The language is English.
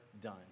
done